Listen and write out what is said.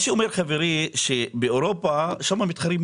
מה שאומר חברי שבאירופה שם מתחרים,